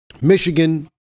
Michigan